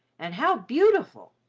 and how beautiful!